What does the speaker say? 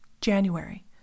January